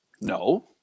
no